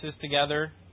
together